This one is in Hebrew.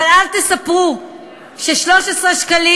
אבל אל תספרו שמחיר מים הוא 13 שקלים.